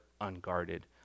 unguarded